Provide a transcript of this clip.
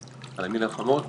תודה על המילים החמות,